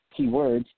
keywords